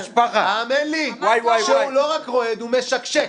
האמין לי, שהוא לא רק רועד, הוא משקשק.